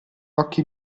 occhi